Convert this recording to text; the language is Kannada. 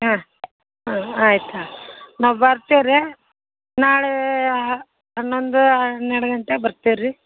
ಹಾಂ ಹಾಂ ಆಯ್ತು ಹಾಂ ನಾವು ಬರ್ತೇವೆ ರೀ ನಾಳೆ ಹನ್ನೊಂದು ಹನ್ನೆರಡು ಗಂಟೆಗೆ ಬರ್ತೇವೆ ರೀ